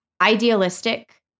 idealistic